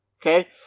Okay